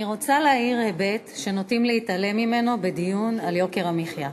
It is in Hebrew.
אני רוצה להאיר היבט שנוטים להתעלם ממנו בדיון על יוקר המחיה.